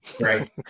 Right